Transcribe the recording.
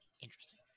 interesting